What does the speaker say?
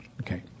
Okay